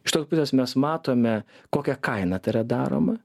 iš tos pusės mes matome kokia kaina tai yra daroma